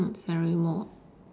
mm San Remo